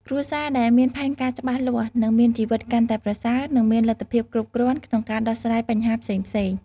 គ្រួសារដែលមានផែនការច្បាស់លាស់នឹងមានជីវិតកាន់តែប្រសើរ និងមានលទ្ធភាពគ្រប់គ្រាន់ក្នុងការដោះស្រាយបញ្ហាផ្សេងៗ។